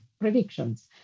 predictions